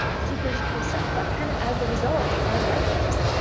super cool stuff, but kind of as the result of microbes.